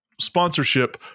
sponsorship